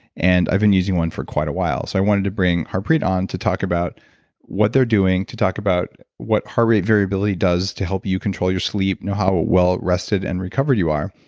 and i've been using one for quite a while. so i wanted to bring harpreet to talk about what they're doing, to talk about what heart rate variability does to help you control your sleep know how ah well rested and recovered you are.